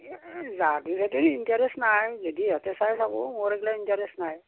যাদু চাদুৰ ইন্তাৰেষ্ট নাই যদি ইহঁতে চাই চাবো মোৰ এগিলা ইন্তাৰেষ্ট নাই